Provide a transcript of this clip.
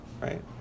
right